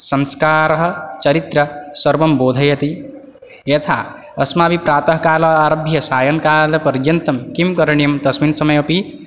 संस्कारः चरित्र सर्वं बोधयति यथा अस्माभिः प्रातःकाल आरभ्य सायङ्कालपर्यन्तं किं करणीयं तस्मिन् समये अपि